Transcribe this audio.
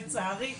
לצערי,